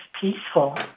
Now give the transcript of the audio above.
peaceful